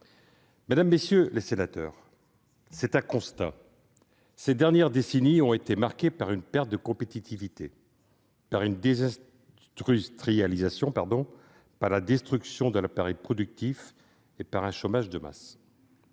Mesdames, messieurs les sénateurs, c'est un constat : ces dernières décennies ont été marquées par une perte de compétitivité, par une désindustrialisation, par la destruction de l'appareil productif et par un chômage de masse.